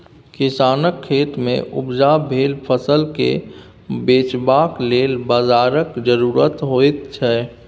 किसानक खेतमे उपजा भेल फसलकेँ बेचबाक लेल बाजारक जरुरत होइत छै